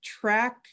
track